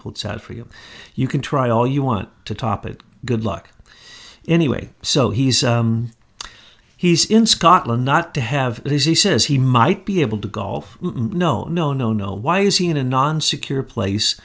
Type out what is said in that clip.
puts out for you you can try all you want to top it good luck anyway so he's he's in scotland not to have his he says he might be able to golf no no no no why is he in a non secure place